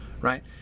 right